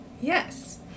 Yes